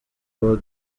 ubu